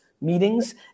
meetings